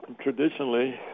traditionally